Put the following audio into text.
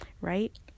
Right